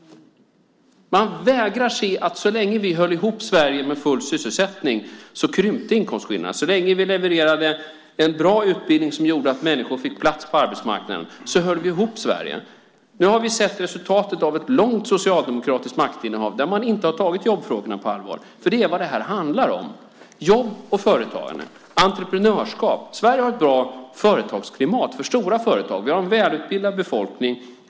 Man vägrar att se att så länge vi höll ihop Sverige med full sysselsättning krympte inkomstskillnaderna. Så länge vi levererade en bra utbildning som gjorde att människorna fick plats på arbetsmarknaden höll vi ihop Sverige. Nu har vi sett resultatet av ett långt socialdemokratiskt maktinnehav där man inte har tagit jobbfrågorna på allvar, för det är vad det här handlar om. Det handlar om jobb, företagande och entreprenörskap. Sverige har ett bra företagsklimat - för stora företag. Vi har en välutbildad befolkning.